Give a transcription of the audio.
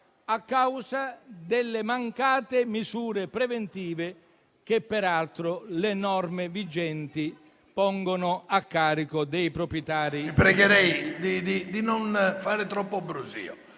a causa delle mancate misure preventive, che peraltro le norme vigenti pongono a carico dei proprietari